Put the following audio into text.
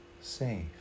safe